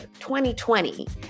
2020